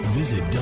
visit